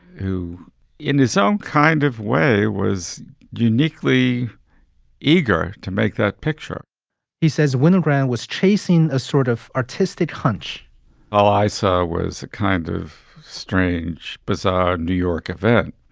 who in his own kind of way was uniquely eager to make that picture he says winogrand was chasing a sort of artistic hunch all i saw was a kind of strange, bizarre new york event.